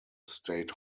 state